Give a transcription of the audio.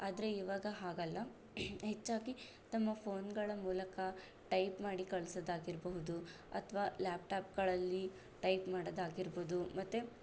ಆದರೆ ಇವಾಗ ಹಾಗಲ್ಲ ಹೆಚ್ಚಾಗಿ ತಮ್ಮ ಫ಼ೋನ್ಗಳ ಮೂಲಕ ಟೈಪ್ ಮಾಡಿ ಕಳಿಸೋದಾಗಿರ್ಬೋದು ಅಥವಾ ಲ್ಯಾಪ್ಟಾಪ್ಗಳಲ್ಲಿ ಟೈಪ್ ಮಾಡೋದು ಆಗಿರ್ಬೋದು ಮತ್ತೆ